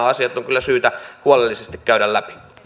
asiat on kyllä syytä huolellisesti käydä läpi